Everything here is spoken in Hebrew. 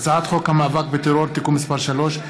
הצעת חוק המאבק בטרור (תיקון מס' 3),